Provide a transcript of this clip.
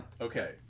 Okay